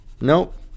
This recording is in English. Nope